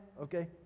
okay